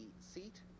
seat